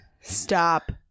Stop